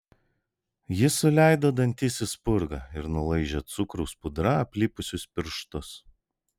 ji suleido dantis į spurgą ir nulaižė cukraus pudra aplipusius pirštus